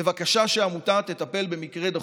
בבקשה שהעמותה תטפל במקרה דחוף.